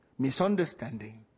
misunderstanding